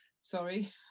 sorry